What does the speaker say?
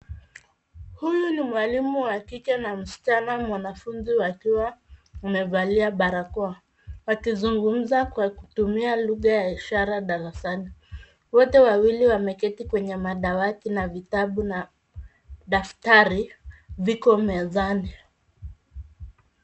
Huyu ni mwalimu wa kike na msichana mwanafunzi wakiwa wamevalia barakoa wakizungumza kwa kutumia lugha ya ishara darasani. Wote wawili wameketi kwenye madawati na vitabu na daftari viko mezani.